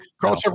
Carl